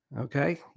Okay